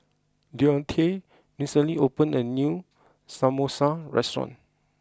Deontae recently opened a new Samosa restaurant